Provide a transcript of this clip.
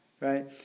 right